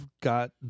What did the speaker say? got